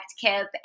Kip